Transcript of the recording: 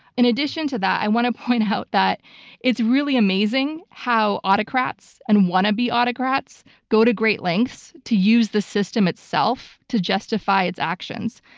in addition to that, i want to point out that it's really amazing how autocrats and wannabe autocrats go to great lengths to use the system itself to justify its actions.